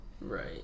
Right